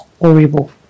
horrible